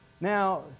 Now